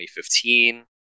2015